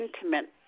intimate